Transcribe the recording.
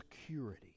security